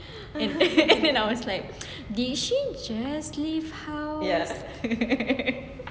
I was like did she just leave the house